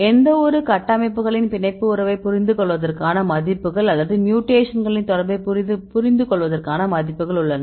எந்தவொரு கூட்டமைப்புகளின் பிணைப்பு உறவைப் புரிந்துகொள்வதற்கான மதிப்புகள் அல்லது மியூடேக்ஷன்களின் தொடர்பைப் புரிந்துகொள்வதற்கான மதிப்புகள் உள்ளன